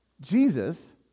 jesus